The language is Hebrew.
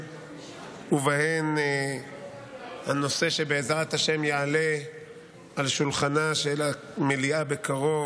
ובהן הנושא שבעזרת השם יעלה על שולחנה של המליאה בקרוב,